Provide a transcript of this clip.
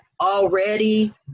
already